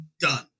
Done